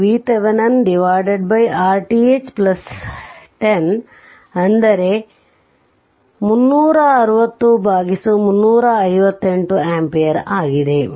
i VThevenin Rth10 360132281310360358amps ಆಗಿದೆ